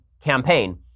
campaign